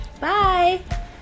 Bye